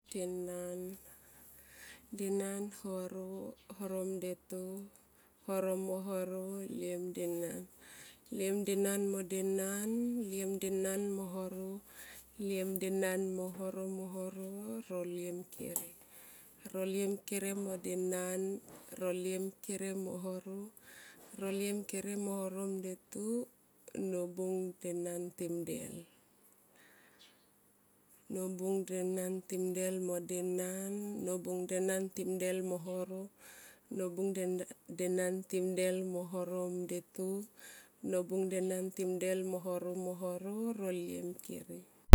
Denan denan, horo, horo mdetu, horo mo horo. liemdenan. liemdenan mo denan. liem denan mo horo. liem denan mo horo. liemdenan mohoro mo horo, ro liem kere ro liem kere modenen. ro liem kere mo horo. ro liem kere mo horo mde tu. nobung denan ti mdel, nobung denan timdel modena, nobung denan timdel mo horo, nobung dena timdel mo horo, mo horo ro liem kere.